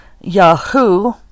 Yahoo